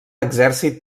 exèrcit